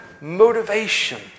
motivation